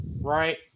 right